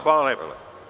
Hvala lepo.